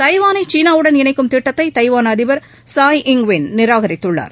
தாய்வானை சீனாவுடன் இணைக்கும் திட்டத்தை தைவான் அதிபர் சாய் இங் வென் நிராகரித்துள்ளார்